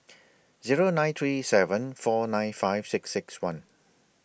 Zero nine three seven four nine five six six one